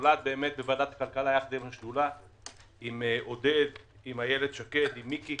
נולד בוועדה עם עודד, עם אילת שקד, עם מיקי